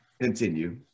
Continue